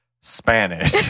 Spanish